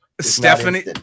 Stephanie